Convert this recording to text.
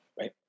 right